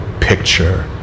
picture